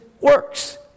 works